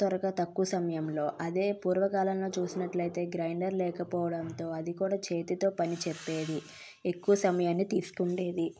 త్వరగా తక్కువ సమయంలో అదే పూర్వకాలంలో చూసినట్లయితే గ్రైండర్ లేకపోవడంతో అది కూడా చేతితో పని చెప్పేది ఎక్కువ సమయాన్ని తీసుకునేది